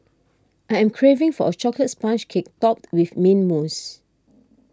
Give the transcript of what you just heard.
I am craving for a Chocolate Sponge Cake Topped with Mint Mousse